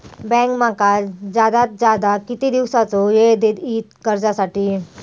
Bank माका जादात जादा किती दिवसाचो येळ देयीत कर्जासाठी?